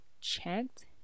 checked